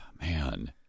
Man